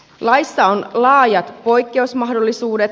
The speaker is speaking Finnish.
laissa on laajat poikkeusmahdollisuudet